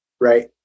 Right